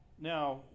Now